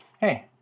Hey